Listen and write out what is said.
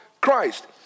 Christ